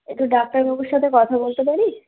একটু ডাক্তারবাবুর সথে কথা বলতে পারি